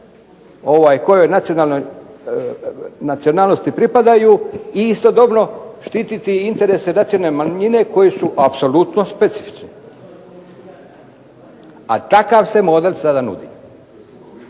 kojoj nacionalnosti pripadaju i istodobno štititi interese nacionalne manjine koji su apsolutno specifični. A takav se model sada nudi.